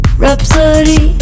Rhapsody